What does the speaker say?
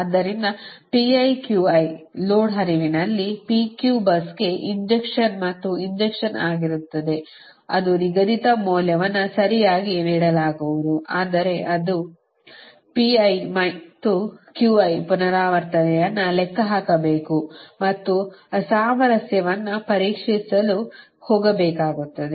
ಆದ್ದರಿಂದ ಲೋಡ್ ಹರಿವಿನಲ್ಲಿ P Q busಗೆ ಇಂಜೆಕ್ಷನ್ ಮತ್ತು ಇಂಜೆಕ್ಷನ್ ಆಗಿರುತ್ತದೆ ಅದು ನಿಗದಿತ ಮೌಲ್ಯವನ್ನು ಸರಿಯಾಗಿ ನೀಡಲಾಗುವುದು ಆದರೆ ಇದು ಮತ್ತು ಪುನರಾವರ್ತನೆಯನ್ನೂ ಲೆಕ್ಕ ಹಾಕಬೇಕು ಮತ್ತು ಅಸಾಮರಸ್ಯವನ್ನು ಪರೀಕ್ಷಿಸಲು ಹೋಗಬೇಕಾಗುತ್ತದೆ